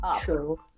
True